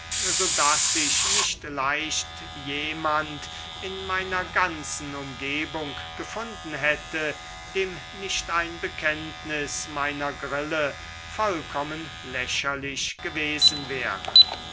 so daß sich nicht leicht jemand in meiner ganzen umgebung gefunden hätte dem nicht ein bekenntnis meiner grille vollkommen lächerlich gewesen wäre